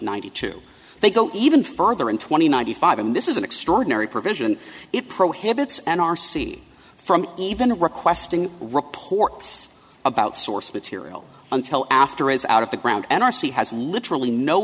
ninety two they go even further and twenty ninety five and this is an extraordinary provision it prohibits an r c from even requesting reports about source material until after is out of the ground and r c has literally no